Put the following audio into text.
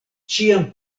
ĉiam